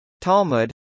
Talmud